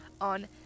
on